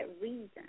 reason